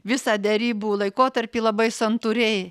visą derybų laikotarpį labai santūriai